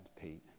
Pete